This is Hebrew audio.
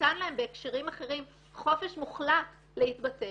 ושניתן להם בהקשרים אחרים חופש מוחלט להתבטא,